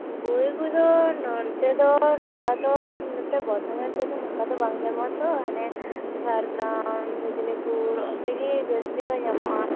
ᱵᱳᱭ ᱠᱚᱫᱚ ᱱᱚᱱᱛᱮ ᱫᱚ ᱱᱚᱝᱠᱟ ᱫᱚ ᱱᱚᱛᱮ ᱵᱚᱨᱫᱷᱚᱢᱟᱱ ᱥᱮᱫ ᱫᱚ ᱱᱚᱝᱠᱟ ᱫᱚ ᱵᱟᱝ ᱧᱟᱢᱚᱜᱼᱟ ᱛᱚ ᱦᱟᱱᱮ ᱡᱷᱟᱲᱜᱨᱟᱢ ᱢᱮᱫᱤᱱᱤᱯᱩᱨ ᱚᱱᱛᱮᱜᱤ ᱡᱟᱹᱥᱛᱤ ᱫᱚ ᱧᱟᱢᱚᱜᱼᱟ